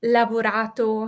lavorato